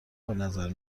بنظرم